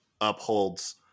upholds